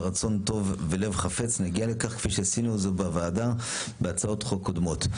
ברצון טוב ולב חפץ נגיע לכך כפי שעשינו זאת בוועדה בהצעות חוק קודמות.